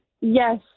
yes